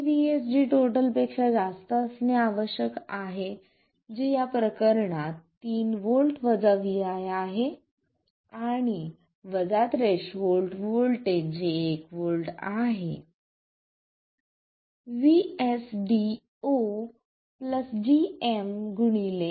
हे VSG पेक्षा जास्त असणे आवश्यक आहे जे या प्रकरणात 3 व्होल्ट vi आहे आणि वजा थ्रेशोल्ड व्होल्टेज जे 1 V आहे